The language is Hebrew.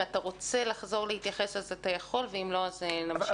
אם אתה רוצה להתייחס אתה יכול ואם לא נמשיך הלאה.